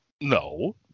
no